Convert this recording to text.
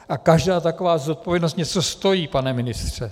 A každá taková zodpovědnost něco stojí, pane ministře.